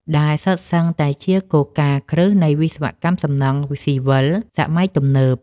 ដែលសុទ្ធសឹងតែជាគោលការណ៍គ្រឹះនៃវិស្វកម្មសំណង់ស៊ីវិលសម័យទំនើប។